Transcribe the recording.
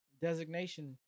designation